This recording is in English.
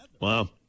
Wow